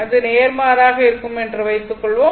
அது நேர்மாறாக இருக்கும் என்று வைத்துக்கொள்வோம்